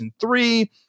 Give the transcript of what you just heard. three